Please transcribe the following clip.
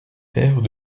terre